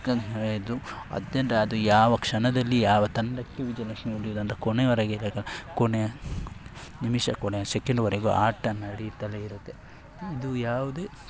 ಇದು ಅತ್ಯಂತ ಅದು ಯಾವ ಕ್ಷಣದಲ್ಲಿ ಯಾವ ತಂಡಕ್ಕೆ ವಿಜಯಲಕ್ಷ್ಮಿ ಒಲಿಯುವುದಂತ ಕೊನೆಯವರೆಗೆ ಕೊನೆಯ ನಿಮಿಷ ಕೊನೆಯ ಸೆಕೆಂಡ್ವರೆಗೂ ಆಟ ನಡೀತಲೇ ಇರುತ್ತೆ ಇದು ಯಾವ್ದೇ